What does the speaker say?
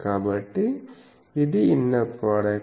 కాబట్టి ఇది inner product